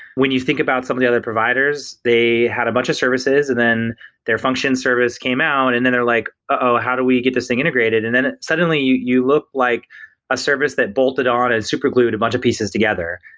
when you think about some of the other providers, they had a bunch of services and then their function service came out and then they're like, uh-oh, how do we get this thing integrated? and then ah suddenly, you you look like a service that bolted on and superglued a bunch of pieces together,